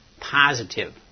positive